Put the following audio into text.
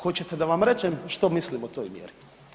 Hoćete da vam rečem što mislim o toj mjeri?